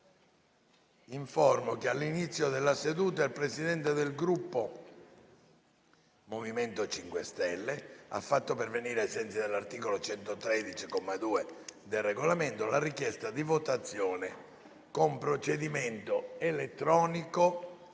che all'inizio della seduta il Presidente del Gruppo MoVimento 5 Stelle ha fatto pervenire, ai sensi dell'articolo 113, comma 2, del Regolamento, la richiesta di votazione con procedimento elettronico